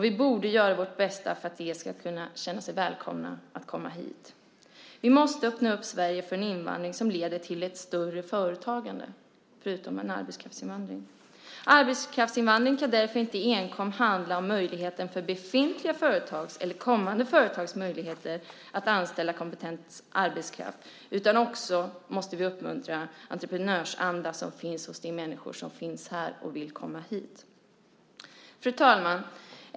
Vi borde göra vårt bästa för att de ska kunna känna sig välkomna hit. Vi måste öppna Sverige för en invandring som leder till ett större företagande förutom en arbetskraftsinvandring. Arbetskraftsinvandring kan därför inte endast handla om befintliga företags eller kommande företags möjligheter att anställa kompetent arbetskraft, utan vi måste också uppmuntra den entreprenörsanda som finns hos de människor som finns här, hos människor som vill komma hit. Fru talman!